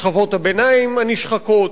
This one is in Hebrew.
שכבות הביניים הנשחקות,